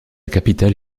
capitale